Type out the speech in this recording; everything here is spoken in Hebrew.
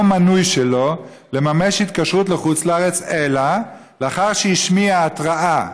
מנוי שלו לממש התקשרות לחוץ-לארץ אלא לאחר שהשמיע התראה,